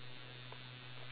I'm afraid